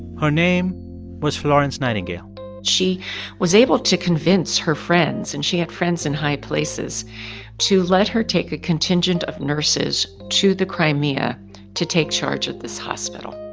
her name was florence nightingale she was able to convince her friends and she had friends in high places to let her take a contingent of nurses to the crimea to take charge of this hospital